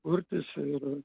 kurtis ir